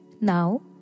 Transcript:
Now